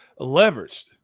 leveraged